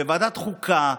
בוועדת חוקה,